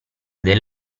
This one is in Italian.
del